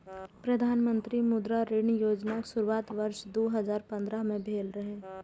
प्रधानमंत्री मुद्रा ऋण योजनाक शुरुआत वर्ष दू हजार पंद्रह में भेल रहै